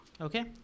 Okay